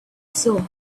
saw